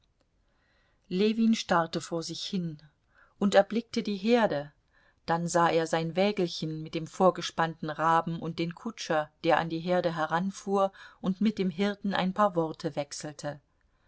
ljewin starrte vor sich hin und erblickte die herde dann sah er sein wägelchen mit dem vorgespannten raben und den kutscher der an die herde heranfuhr und mit dem hirten ein paar worte wechselte